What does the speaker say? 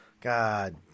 God